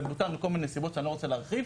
בוטל מכל מיני סיבות שאני לא רוצה להרחיב,